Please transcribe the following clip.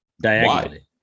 Diagonally